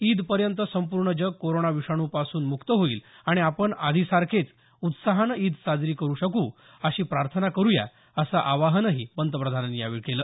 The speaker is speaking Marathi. ईदपर्यंत संपूर्ण जग कोरोना विषाणू पासून मुक्त होईल आणि आपण आधीसारखेच उत्साहानं ईद साजरी करू शकू अशी प्रार्थना करू या असं आवाहनही पंतप्रधानांनी यावेळी केलं